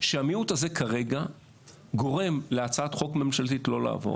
כשהמיעוט הזה כרגע גורם להצעת חוק ממשלתית לא לעבור.